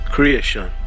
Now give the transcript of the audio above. Creation